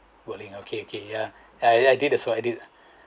bowling okay okay ya I did the saw I did